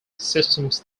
systems